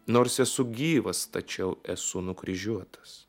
nors esu gyvas tačiau esu nukryžiuotas